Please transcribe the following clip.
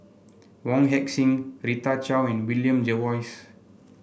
Wong Heck Sing Rita Chao and William Jervois